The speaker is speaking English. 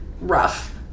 rough